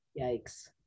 Yikes